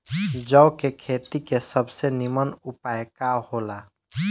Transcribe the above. जौ के खेती के सबसे नीमन उपाय का हो ला?